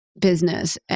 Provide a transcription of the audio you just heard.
business